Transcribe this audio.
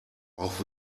auch